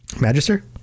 Magister